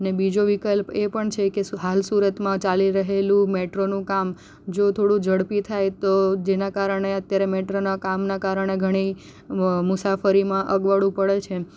ને બીજો વિકલ્પ એ પણ છે કે સુ હાલ સુરતમાં ચાલી રહેલું મેટ્રોનું કામ જો થોડું ઝડપી થાય તો જેનાં કારણે અત્યારે મેટ્રોનાં કામનાં કારણે ઘણી મુસાફરીમાં અગવડો પડે છે